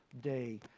day